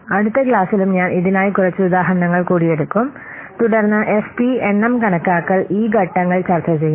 അടുത്ത ക്ലാസ്സിലും ഞാൻ ഇതിനായി കുറച്ച് ഉദാഹരണങ്ങൾ കൂടി എടുക്കും തുടർന്ന് എഫ്പി എണ്ണം കണക്കാക്കാൻ ഈ ഘട്ടങ്ങൾ ചർച്ചചെയ്യണം